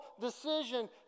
decision